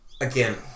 again